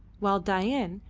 while dain,